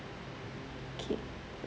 okay